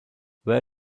where